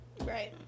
Right